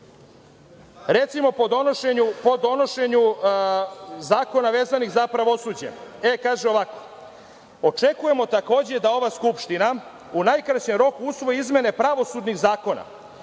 recimo, po donošenju zakona vezanih za pravosuđe: „Očekujemo, takođe, da ova Skupština u najkraćem roku usvoji izmene pravosudnih zakona,